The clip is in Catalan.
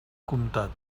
comptat